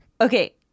Okay